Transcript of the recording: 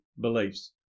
beliefs